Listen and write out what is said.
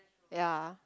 ya